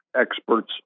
experts